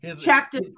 Chapter